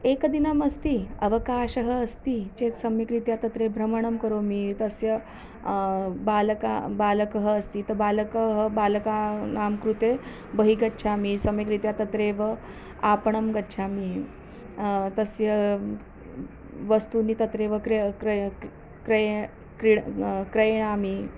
एकदिनम् अस्ति अवकाशः अस्ति चेत् सम्यक्रीत्या तत्र भ्रमणं करोमि तस्य बालकाः बालकः अस्ति तु बालकः बालकानां कृते बहिर्गच्छामि सम्यग्रीत्या तत्रेव आपणं गच्छामि तस्य वस्तूनि तत्रेव क्र क्रयणं क्रि क्रये क्रीणामि